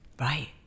right